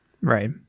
right